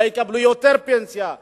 אולי יקבלו יותר פנסיה,